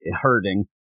hurting